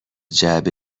جعبه